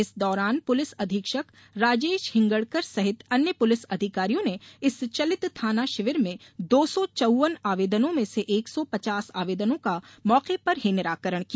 इस दौरान पुलिस अधीक्षक राजेश हिंगणकर सहित अन्य पुलिस अधिकारियों ने इस चलित थाना शिविर में दो सौ चौवन आवेदनों में से एक सौ पचास आवेदनों का मौके पर ही निराकरण किया